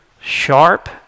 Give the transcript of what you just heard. sharp